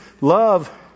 Love